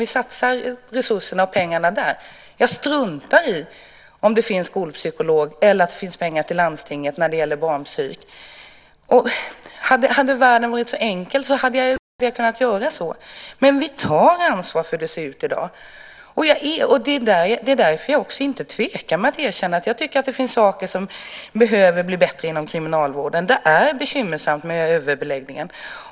Vi satsar pengarna och resurserna där och struntar i om det finns pengar till skolpsykolog och pengar till landstinget som kan satsas på barnpsyk. Hade världen varit så enkel hade jag kunnat göra så. Men vi tar ansvar för hur det ser ut i dag. Det är därför som jag inte tvekar att erkänna att det finns saker som behöver bli bättre inom kriminalvården. Överbeläggningen är bekymmersam.